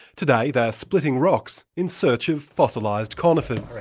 today they're splitting rocks in search of fossilised conifers.